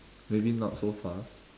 maybe not so fast